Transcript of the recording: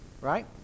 right